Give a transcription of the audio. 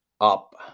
up